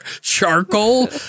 charcoal